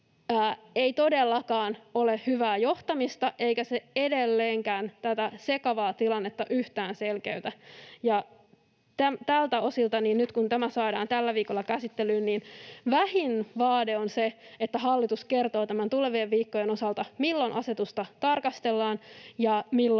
ei todellakaan ole hyvää johtamista eikä se edelleenkään tätä sekavaa tilannetta yhtään selkeytä. Tältä osilta, kun tämä nyt saadaan tällä viikolla käsittelyyn, vähin vaade on se, että hallitus kertoo tulevien viikkojen osalta, milloin asetusta tarkastellaan ja milloin